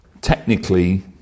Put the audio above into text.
Technically